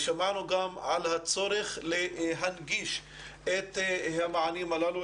שמענו גם על הצורך להנגיש את המענים הללו,